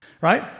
right